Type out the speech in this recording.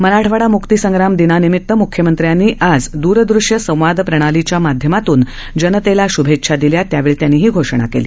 मराठवाडा मुक्तीसंग्राम दिनानिमित मुख्यमंत्र्यांनी आज दरदृष्य संवाद प्रणालीच्या माध्यमातून जनतेला शुभेच्छा दिल्या त्यावेळी त्यांनी ही घोषणा केली